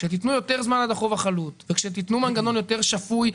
תנו יותר זמן עד החוב החלוט ותנו מנגנון יותר שפוי.